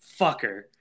fucker